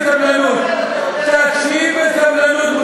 תקשיב בסבלנות,